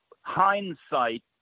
hindsight